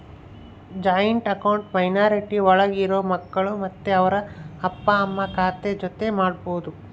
joint account minority ಒಳಗ ಇರೋ ಮಕ್ಕಳು ಮತ್ತೆ ಅವ್ರ ಅಪ್ಪ ಅಮ್ಮ ಖಾತೆ ಜೊತೆ ಮಾಡ್ಬೋದು